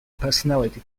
personality